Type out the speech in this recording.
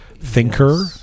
Thinker